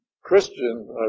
Christian